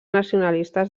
nacionalistes